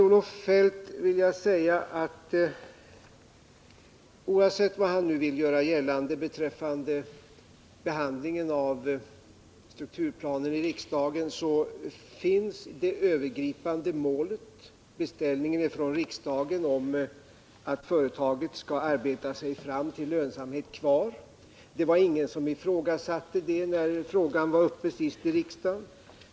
Oavsett vad Kjell-Olof Feldt vill göra gällande beträffande behandlingen av strukturplanen i riksdagen finns det övergripande målet att företaget skall arbeta sig fram till lönsamhet kvar — och den beställningen är från riksdagen. Det var ingen som ifrågasatte detta när frågan senast var uppe i riksdagen.